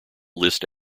list